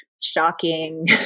shocking